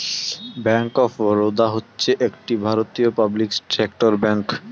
bank of Baroda হচ্ছে একটি ভারতীয় পাবলিক সেক্টর ব্যাঙ্ক